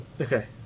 Okay